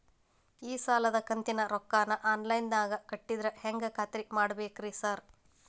ಈ ಸಾಲದ ಕಂತಿನ ರೊಕ್ಕನಾ ಆನ್ಲೈನ್ ನಾಗ ಕಟ್ಟಿದ್ರ ಹೆಂಗ್ ಖಾತ್ರಿ ಮಾಡ್ಬೇಕ್ರಿ ಸಾರ್?